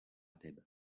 thèbes